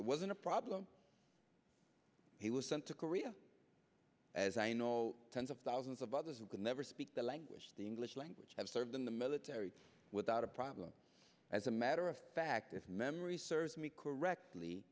it wasn't a problem he was sent to korea as i know tens of thousands of others who could never speak the language the english language have served in the military without a problem as a matter of fact if memory serves me correctly